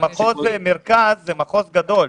מחוז מרכז זה מחוז גדול.